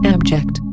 Abject